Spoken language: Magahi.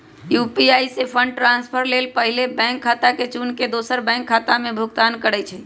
यू.पी.आई से फंड ट्रांसफर लेल पहिले बैंक खता के चुन के दोसर बैंक खता से भुगतान करइ छइ